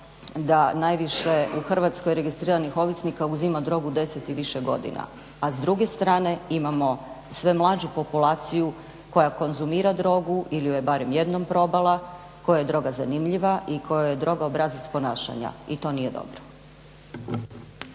da najviše u Hrvatskoj registriranih ovisnika uzima drogu 10 i više godina. A s druge strane imamo sve mlađu populaciju koja konzumira drogu ili ju je barem jednom probala, kojoj je droga zanimljiva i kojoj je droga obrazac ponašanja. I to nije dobro.